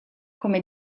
come